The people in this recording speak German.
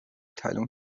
teilung